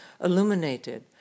illuminated